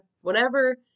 whenever